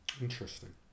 Interesting